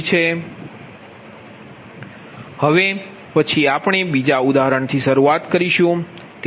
તેથી હવે પછી આપણે બીજા ઉદાહરણથી શરૂઆત કરીશું